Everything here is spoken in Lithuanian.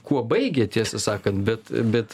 kuo baigė tiesą sakan bet bet